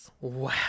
Wow